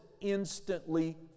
instantly